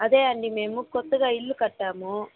అదే అండి మేము కొత్తగా ఇల్లు కట్టాము